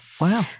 wow